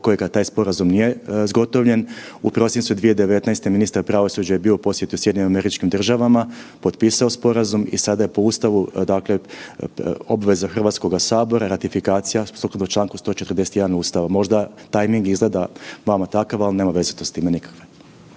kojega taj sporazum nije zgotovljen. U prosincu 2019. ministar pravosuđa je bio u posjetu SAD-u, potpisao sporazum i sada je po Ustavu dakle obveza Hrvatskoga sabora ratifikacija sukladno Članku 141. Ustava. Možda tajming izgleda vama takav, ali nema veze to s time nikakve.